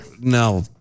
No